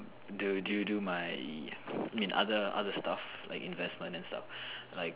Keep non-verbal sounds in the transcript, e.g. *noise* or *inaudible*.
do do do my *noise* mean other other stuff like investment and stuff like